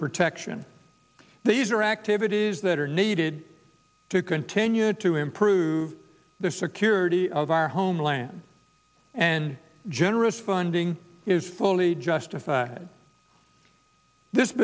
protection these are activities that are needed to continue to improve the security of our homeland and generous funding is fully justified this